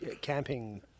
Camping